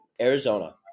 Arizona